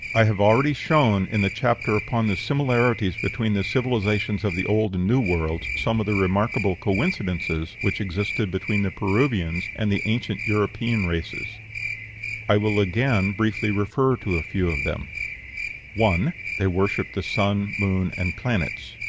i have already shown, in the chapter upon the similarities between the civilizations of the old and new worlds, some of the remarkable coincidences which existed between the peruvians and the ancient european races i will again briefly, refer to a few of them one. they worshipped the sun, moon, and planets.